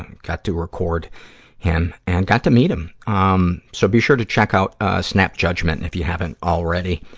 and got to record him. and got to meet him. um so be sure to check out, ah, snap judgment, if you haven't already.